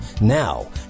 Now